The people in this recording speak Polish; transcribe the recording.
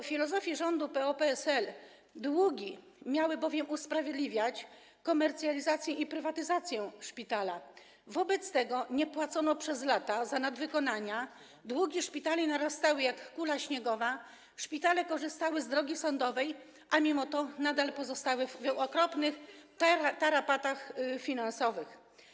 W filozofii rządu PO-PSL długi miały bowiem usprawiedliwiać komercjalizację i prywatyzację szpitali, wobec czego nie płacono przez lata za nadwykonania, długi szpitali narastały jak kula śniegowa, szpitale korzystały z drogi sądowej, a mimo to nadal pozostały w okropnych tarapatach finansowych.